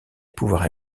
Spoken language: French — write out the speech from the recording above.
pouvoir